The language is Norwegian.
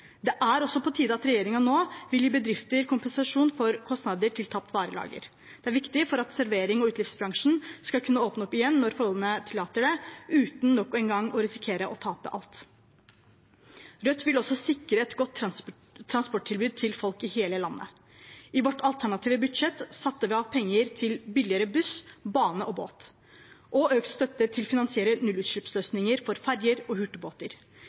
Det er også på tide at regjeringen nå vil gi bedrifter kompensasjon for kostnader til tapt varelager. Det er viktig for at serverings- og utelivsbransjen skal kunne åpne opp igjen når forholdene tillater det, uten nok en gang å risikere å tape alt. Rødt vil også sikre et godt transporttilbud til folk i hele landet. I vårt alternative budsjett satte vi av penger til billigere buss, bane og båt og økt støtte til å finansiere nullutslippsløsninger for ferjer og